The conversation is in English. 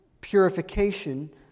purification